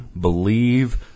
believe